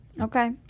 Okay